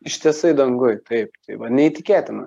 ištisai danguj taip tai va neįtikėtina